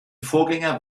vorgänger